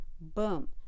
boom